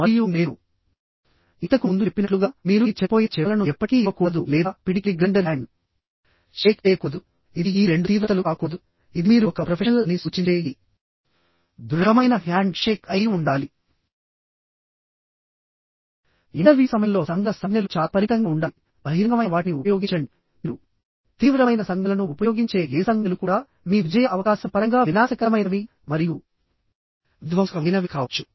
మరియు నేను ఇంతకు ముందు చెప్పినట్లుగా మీరు ఈ చనిపోయిన చేపలను ఎప్పటికీ ఇవ్వకూడదు లేదా పిడికిలి గ్రైండర్ హ్యాండ్ షేక్ చేయకూడదు ఇది ఈ రెండు తీవ్రతలు కాకూడదు ఇది మీరు ఒక ప్రొఫెషనల్ అని సూచించే ఈ దృఢమైన హ్యాండ్ షేక్ అయి ఉండాలి ఇంటర్వ్యూ సమయంలో సంజ్ఞల సంజ్ఞలు చాలా పరిమితంగా ఉండాలి బహిరంగమైన వాటిని ఉపయోగించండిమీరు తీవ్రమైన సంజ్ఞలను ఉపయోగించే ఏ సంజ్ఞలు కూడా మీ విజయ అవకాశం పరంగా వినాశకరమైనవి మరియు విధ్వంసకమైనవి కావచ్చు